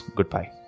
Goodbye